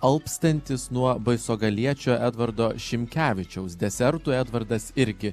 alpstantys nuo baisogaliečių edvardo šimkevičiaus desertų edvardas irgi